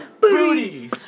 Booty